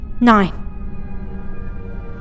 nine